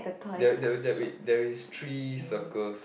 there there there wait there is three circles